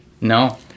No